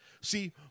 see